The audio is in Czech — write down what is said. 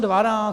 Dvanáct?